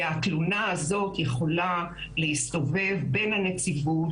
והתלונה הזאת יכולה להסתובב בין הנציבות